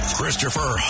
Christopher